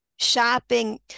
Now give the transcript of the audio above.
shopping